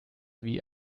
wie